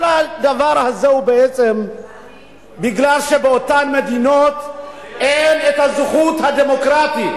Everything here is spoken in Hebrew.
כל הדבר הזה הוא בעצם בגלל שבאותן מדינות אין את הזכות הדמוקרטית,